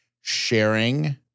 sharing